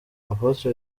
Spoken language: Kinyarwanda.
apôtre